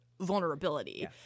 vulnerability